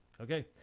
Okay